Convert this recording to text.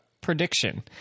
prediction